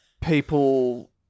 people